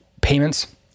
Payments